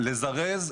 לזרז.